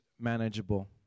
manageable